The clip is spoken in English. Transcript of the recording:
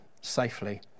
safely